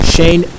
Shane